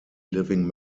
living